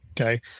Okay